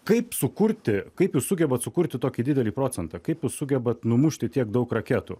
kaip sukurti kaip jūs sugebate sukurti tokį didelį procentą kaip sugebate numušti tiek daug raketų